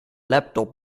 laptop